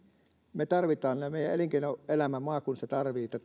me tarvitsemme näitä meidän elinkeinoelämä maakunnissa tarvitsee